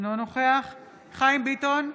אינו נוכח חיים ביטון,